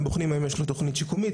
הם בוחנים האם יש לו תוכנית שיקומית,